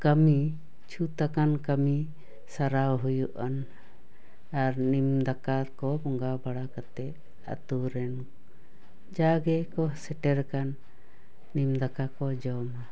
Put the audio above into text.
ᱠᱟᱹᱢᱤ ᱪᱷᱩᱛ ᱟᱠᱟᱱ ᱠᱟᱹᱢᱤ ᱥᱟᱨᱟᱣ ᱦᱩᱭᱩᱜᱼᱟᱱ ᱟᱨ ᱱᱤᱢ ᱫᱟᱠᱟ ᱠᱚ ᱵᱚᱸᱜᱟ ᱵᱟᱲᱟ ᱠᱟᱛᱮᱫ ᱟᱛᱳ ᱨᱮᱱ ᱡᱟᱜᱮᱠᱚ ᱥᱮᱴᱮᱨ ᱟᱠᱟᱱ ᱱᱤᱢ ᱫᱟᱠᱟ ᱠᱚ ᱡᱚᱢᱟ